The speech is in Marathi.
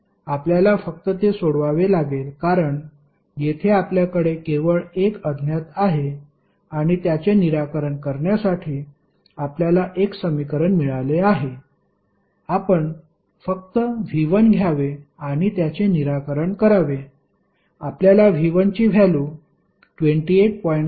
आपल्याला फक्त ते सोडवावे लागेल कारण येथे आपल्याकडे केवळ 1 अज्ञात आहे आणि त्याचे निराकरण करण्यासाठी आपल्याला एक समीकरण मिळाले आहे आपण फक्त V1 घ्यावे आणि त्याचे निराकरण करावे आपल्याला V1 ची व्हॅलू 28